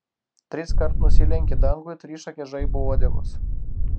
triskart nusilenkė dangui trišakės žaibo uodegos